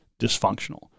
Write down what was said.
dysfunctional